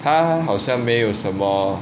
他好像没有什么